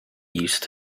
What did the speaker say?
used